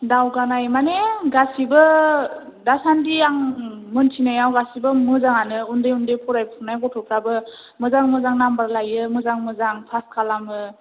दावगानाय मानि गासैबो दासान्दि आं मिन्थिनायाव गासिबो मोजाङानो उन्दै उन्दै फरायफुनाय गथ'फ्राबो मोजां मोजां नाम्बार लायो मोजां मोजां पास खालामो